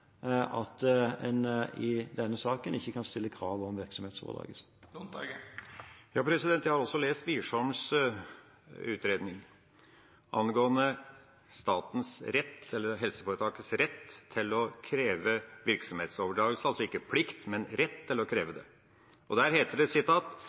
at en i denne saken ikke kan stille krav om virksomhetsoverdragelse. Jeg har også lest Wiersholms utredning angående helseforetakets rett til å kreve virksomhetsoverdragelse – altså ikke plikt, men rett til å kreve